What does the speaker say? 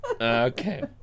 okay